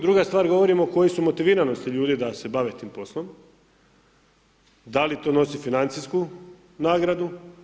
Druga stvar, govorimo koje su motiviranosti ljudi da se bave tim poslom, da li to nosi financijsku nagradu.